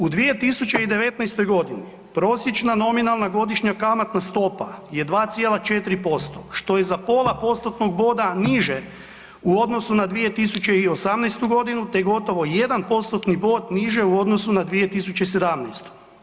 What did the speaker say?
U 2019. g. prosječna nominalna godišnja kamatna stopa je 2,4%, što je za pola postotnog boda niže u odnosu na 2018. g. te gotovo 1 postotni bod niže u odnosu na 2017.